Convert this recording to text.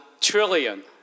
trillion